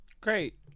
Great